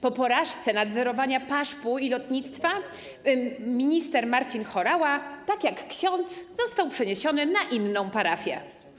Po porażce nadzorowania PAŻP-u i lotnictwa minister Marcin Horała, tak jak ksiądz, został przeniesiony na inną parafię.